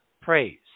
praise